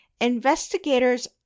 investigators